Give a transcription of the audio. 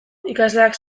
ikasleak